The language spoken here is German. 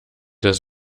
das